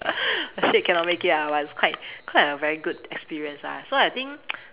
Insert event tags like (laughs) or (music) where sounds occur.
(laughs) the shape cannot make it ah but it's quite quite a very good experience lah so I think